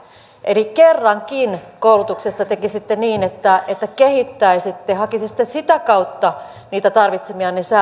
eli kerrankin koulutuksessa tekisitte niin että että kehittäisitte hakisitte sitä kautta niitä tarvitsemianne